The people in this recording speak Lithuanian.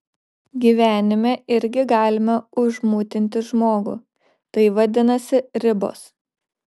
gyvenime irgi galima užmutinti žmogų tai vadinasi ribos